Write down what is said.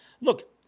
Look